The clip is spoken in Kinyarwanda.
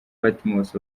patmos